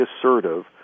assertive